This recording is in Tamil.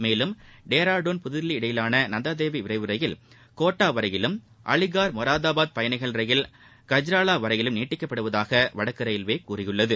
மேலும் டேராடூன் புதுதில்லி இடையேயான நந்தாதேவி விரைவு ரயில் கோட்டா வரையிலும் அலிகர் மொராதாபாத் பயணிகள் ரயில் கஜ்ராவா வரையிலும் நீட்டிக்கப்படுவதாக வடக்கு ரயில்வே கூறியுள்ளது